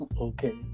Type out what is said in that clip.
okay